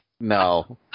No